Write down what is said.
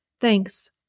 Thanks